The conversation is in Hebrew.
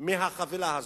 ברחבי הארץ.